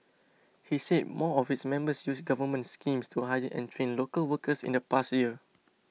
he said more of its members used government schemes to hire and train local workers in the past year